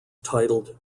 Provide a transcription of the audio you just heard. titled